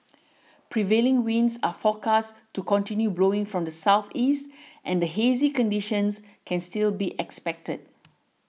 prevailing winds are forecast to continue blowing from the southeast and the hazy conditions can still be expected